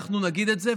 אנחנו נגיד את זה,